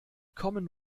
common